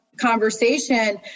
conversation